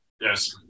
Yes